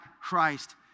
Christ